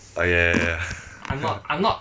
uh ya ya ya ya